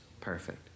perfect